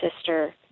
sister